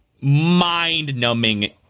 mind-numbing